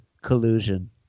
collusion